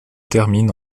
termine